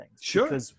Sure